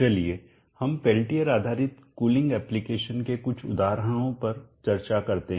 चलिए हम पेल्टियर आधारित कुलिंग एप्लिकेशन के कुछ उदाहरणों पर चर्चा करते हैं